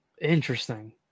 Interesting